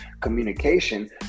communication